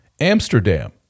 Amsterdam